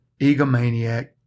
egomaniac